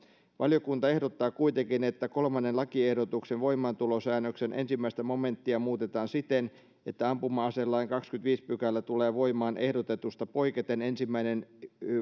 valiokunta ehdottaa kuitenkin että kolmannen lakiehdotuksen voimaantulosäännöksen ensimmäinen momenttia muutetaan siten että ampuma aselain kahdeskymmenesviides pykälä tulee voimaan ehdotetusta poiketen ensimmäinen